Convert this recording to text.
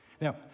Now